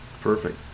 Perfect